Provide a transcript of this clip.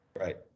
Right